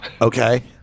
okay